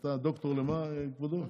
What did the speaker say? אתה דוקטור למה, כבודו?